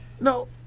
No